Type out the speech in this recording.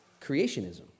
creationism